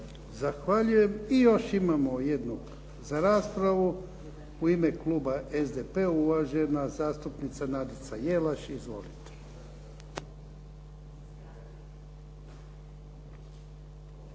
Zahvaljujem. I još imamo jednog za raspravu. U ime kluba SDP-a, uvažena zastupnica Nadica Jelaš. Izvolite.